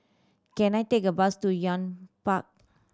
can I take a bus to Park